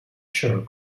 shirt